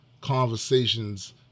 conversations